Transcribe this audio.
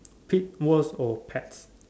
pit worlds or pets